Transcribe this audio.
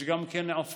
יש גם עופות